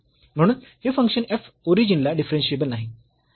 म्हणून हे function f ओरिजिनला डिफरन्शियेबल नाही